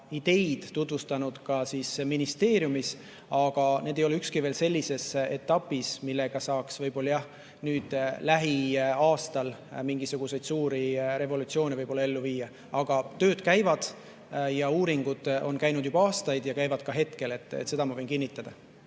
ideid tutvustanud ka ministeeriumis, aga neist ükski ei ole veel sellises etapis, et sellega saaks võib-olla nüüd lähiaastail mingisugust suurt revolutsiooni ellu viia. Aga tööd käivad ja uuringud on käinud juba aastaid, käivad ka hetkel – seda ma võin kinnitada.